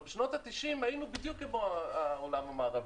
אבל בשנות ה-90 היינו בדיוק כמו העולם המערבי.